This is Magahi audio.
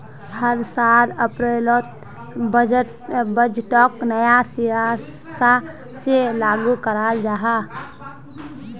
हर साल अप्रैलोत बजटोक नया सिरा से लागू कराल जहा